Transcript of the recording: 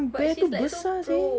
but she's like so pro